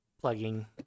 Plugging